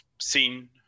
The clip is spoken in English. seen